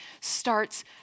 starts